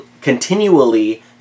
continually